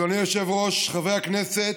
אדוני היושב-ראש, חברי הכנסת,